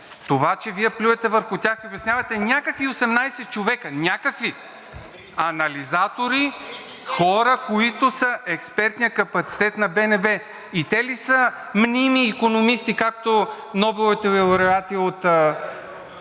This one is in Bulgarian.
това че Вие плюете върху тях и обяснявате: „Някакви 18 човека.“ Някакви! Анализатори, хора, които са експертният капацитет на БНБ. И те ли са мними икономисти, както Нобеловите лауреати от